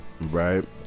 Right